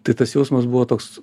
tai tas jausmas buvo toks